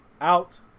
out